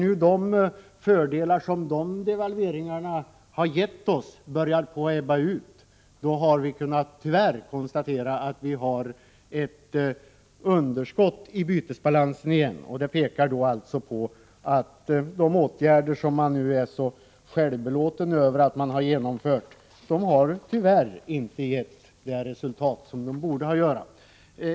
När fördelarna av dessa devalveringar börjar ebba ut, måste vi tyvärr konstatera att det på nytt har uppstått ett underskott i bytesbalansen. Detta visar att de åtgärder som man är så belåten över att ha genomfört tyvärr inte har gett det önskade resultatet.